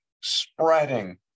spreading